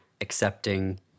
accepting